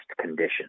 condition